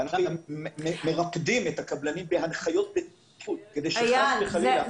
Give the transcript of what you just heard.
ואנחנו מרפדים את הקבלנים בהנחיות בטיחות כדי שחס וחלילה --- איל,